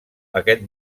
aquest